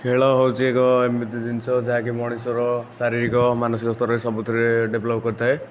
ଖେଳ ହେଉଛି ଏକ ଏମିତି ଜିନିଷ ଯାହାକି ମଣିଷର ଶାରୀରିକ ମାନସିକ ସ୍ତରରେ ସବୁଥିରେ ଡେଭେଲପ କରିଥାଏ